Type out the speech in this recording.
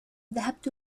ذهبت